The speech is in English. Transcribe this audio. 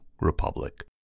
republic